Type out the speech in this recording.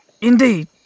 Indeed